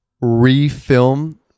re-film